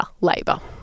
labour